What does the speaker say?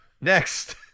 next